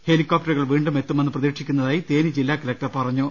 ഹെലികോപ്റ്ററുകൾ വീണ്ടും എത്തുമെന്ന് പ്രതീക്ഷിക്കുന്നതായി തേനി ജില്ലാകലക്ടർ അറിയിച്ചു